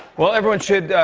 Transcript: well, everyone should.